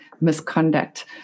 misconduct